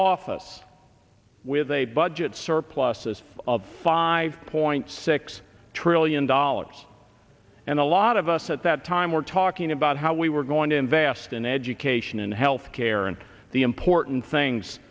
office with a budget surpluses of five point six trillion dollars and a lot of us at that time were talking about how we were going to invest in education and health care and the important things